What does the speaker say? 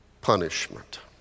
punishment